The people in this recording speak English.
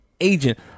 agent